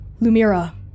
Lumira